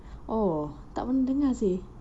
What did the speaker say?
oh tak pernah dengar seh